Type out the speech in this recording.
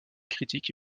critique